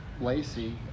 Lacey